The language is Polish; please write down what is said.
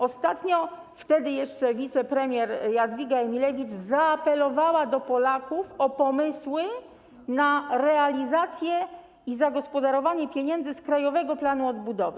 Ostatnio wtedy jeszcze wicepremier Jadwiga Emilewicz zaapelowała do Polaków o pomysły na realizację i zagospodarowanie pieniędzy z Krajowego Planu Odbudowy.